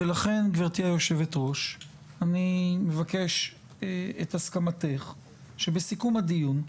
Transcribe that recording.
ולכן גבירתי היושב-ראש אני מבקש את הסכמתך שבסיכום הדיון,